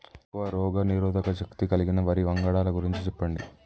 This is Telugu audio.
ఎక్కువ రోగనిరోధక శక్తి కలిగిన వరి వంగడాల గురించి చెప్పండి?